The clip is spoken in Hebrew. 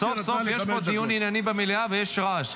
סוף -סוף יש פה דיון ענייני במליאה, ויש רעש.